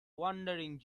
wandering